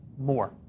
more